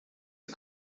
die